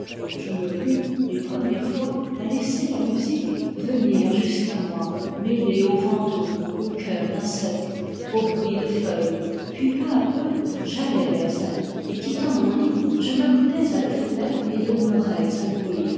je me plus les premières fois à laisser la musique venir jusqu'à moi mêlée au vent doux aux chœurs d'insectes aux bruits de feuilles puis peu à peu j'allai vers elle et quittant mon lit je m'accoudais à la fenêtre et demeurais à l'ouïr